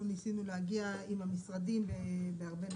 ניסינו להגיע עם המשרדים בהרבה נושאים.